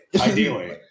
ideally